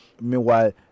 Meanwhile